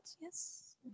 Yes